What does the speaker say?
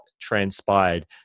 transpired